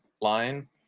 line